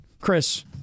Chris